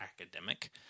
academic